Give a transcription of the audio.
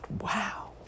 Wow